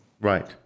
right